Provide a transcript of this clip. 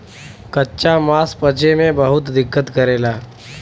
कच्चा मांस पचे में बहुत दिक्कत करेला